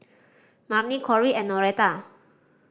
Marni Corrie and Noreta